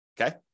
okay